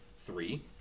Three